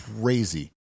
crazy